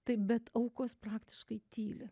taip bet aukos praktiškai tyli